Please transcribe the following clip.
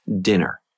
dinner